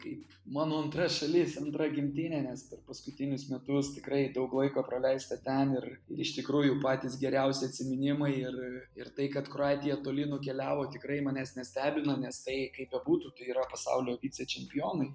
kaip mano antra šalis antra gimtinė nes per paskutinius metus tikrai daug laiko praleista ten ir ir iš tikrųjų patys geriausi atsiminimai ir ir tai kad kroatija toli nukeliavo tikrai manęs nestebina nes tai kaip bebūtų tai yra yra pasaulio vicečempionai